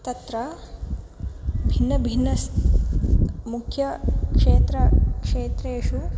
तत्र भिन्न भिन्न मुख्यक्षेत्र क्षेत्रेषु